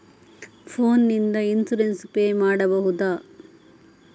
Phone ನಿಂದ insurance pay ಮಾಡಬಹುದ?